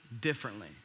differently